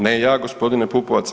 Ne ja gospodine Pupovac.